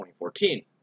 2014